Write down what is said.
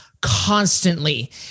Constantly